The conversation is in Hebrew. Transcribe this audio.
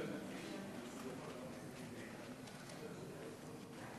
גברתי היושבת-ראש, תודה,